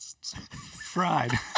Fried